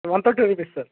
one thirty rupees sir